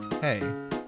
hey